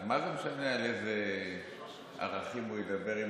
אז מה זה משנה על איזה ערכים הוא ידבר עם